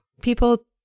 People